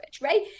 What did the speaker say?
right